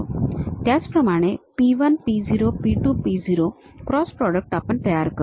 त्याचप्रमाणे P 1 P 0 P 2 P 0 cross product आपण तयार करू